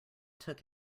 took